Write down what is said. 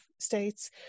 States